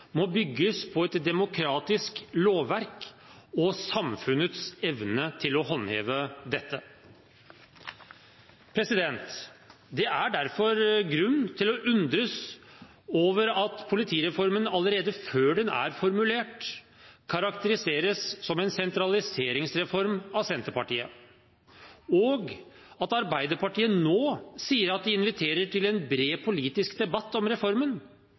må bygges på et demokratisk lovverk og samfunnets evne til å håndheve dette. Det er derfor grunn til å undres over at politireformen, allerede før den er formulert, karakteriseres som en sentraliseringsreform av Senterpartiet, og at Arbeiderpartiet nå sier at de inviterer til en bred politisk debatt om reformen.